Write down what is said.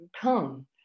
come